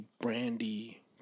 brandy